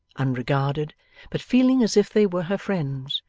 unregarded but feeling as if they were her friends,